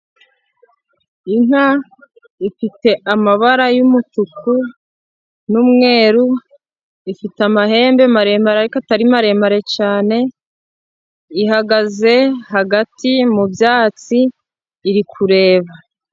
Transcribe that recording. Inka ifite amabara y'umutuku n'umweru, ifite amahembe maremare ariko atari maremare cyane, ihagaze hagati mu byatsi iri kureba.